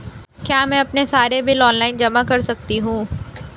क्या मैं अपने सारे बिल ऑनलाइन जमा कर सकती हूँ?